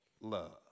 love